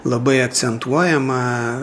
labai akcentuojama